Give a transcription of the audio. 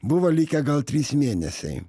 buvo likę gal trys mėnesiai